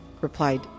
replied